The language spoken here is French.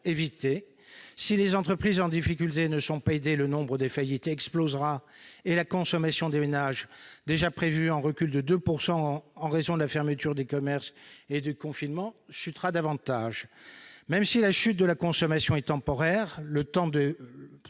Si les entreprises en difficulté ne sont pas aidées, le nombre des faillites explosera et la consommation des ménages, déjà prévue en recul de 2 % en raison de la fermeture des commerces et du confinement, chutera davantage. Même si la chute de la consommation est temporaire- en